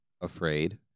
afraid